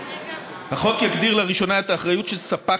החוק יגדיר לראשונה את האחריות של ספק